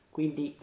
Quindi